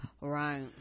right